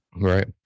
Right